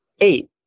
eight